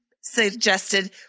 suggested